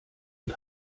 und